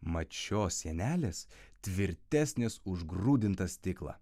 mat šios sienelės tvirtesnės už grūdintą stiklą